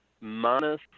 minus